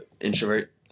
introvert